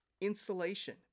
insulation